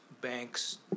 banks